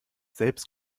selbst